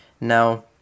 Now